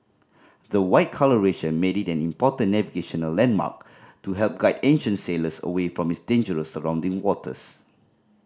the white colouration made it an important navigational landmark to help guide ancient sailors away from its dangerous surrounding waters